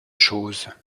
chose